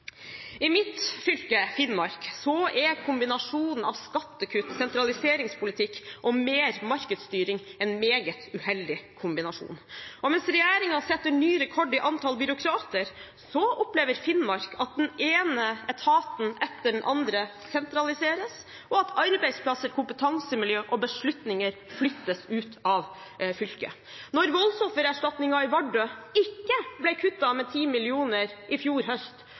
I mitt fylke, Finnmark, er kombinasjonen av skattekutt, sentraliseringspolitikk og mer markedsstyring meget uheldig. Mens regjeringen setter ny rekord i antall byråkrater, opplever Finnmark at den ene etaten etter den andre sentraliseres, og at arbeidsplasser, kompetansemiljø og beslutninger flyttes ut av fylket. Når Kontoret for voldsoffererstatning i Vardø ikke ble kuttet med 10 mill. kr i fjor høst,